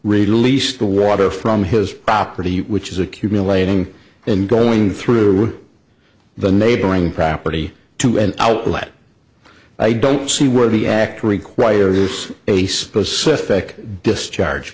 release the water from his property which is accumulating and going through the neighboring property to an outlet i don't see where the act requires a specific discharge